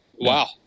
Wow